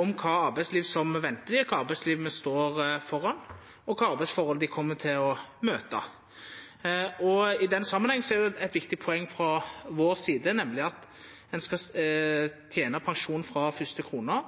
om kva slags arbeidsliv som venter dei, kva slags arbeidsliv som står framfor oss og kva slags arbeidsforhold dei kjem til å møta. I den samanhengen er eit viktig poeng frå vår side at ein skal tena opp pensjon frå fyrste krone,